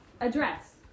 address